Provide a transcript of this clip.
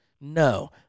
No